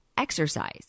exercise